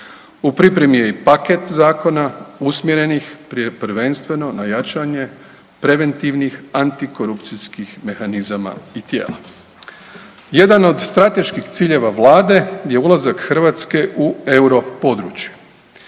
U pripremi je i paket zakona usmjerenih prije prvenstveno na jačanje preventivnih antikorupcijskih mehanizama i tijela. Jedan od strateških ciljeva vlade je ulazak Hrvatske u euro područje